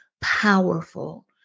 powerful